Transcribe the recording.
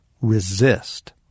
Resist